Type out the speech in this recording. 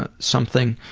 and something,